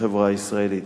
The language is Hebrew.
בחברה הישראלית.